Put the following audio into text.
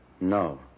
No